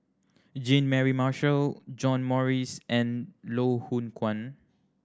Jean Mary Marshall John Morrice and Loh Hoong Kwan